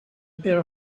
pair